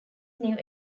knew